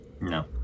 No